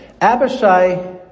Abishai